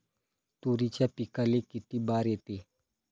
तुरीच्या पिकाले किती बार येते?